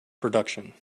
production